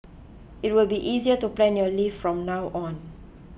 it will be easier to plan your leave from now on